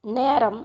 நேரம்